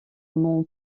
mon